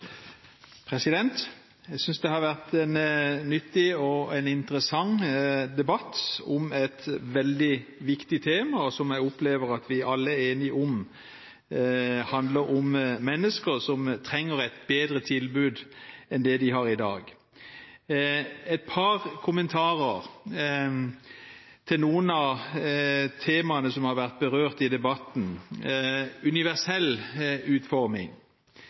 alle er enige om at handler om mennesker som trenger et bedre tilbud enn de har i dag. Jeg vil knytte et par kommentarer til noen av temaene som har vært berørt i debatten. Universell utforming: